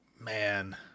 man